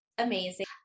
amazing